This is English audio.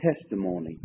testimony